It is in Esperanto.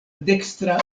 dekstra